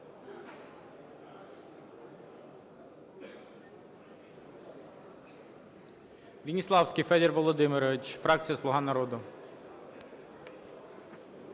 Веніславський Федір Володимирович, фракція "Слуга народу".